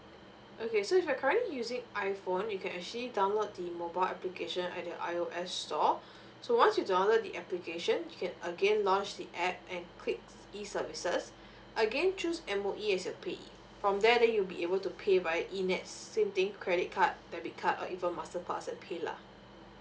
okay so if you're currently using iphone you can actually download the mobile application either I_O_S store so once you download the application you can again launch the app and click e services again choose M_O_E as your payee from there then you be able to pay via e nets same thing credit card debit card or even masterpas and paylah